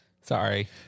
Sorry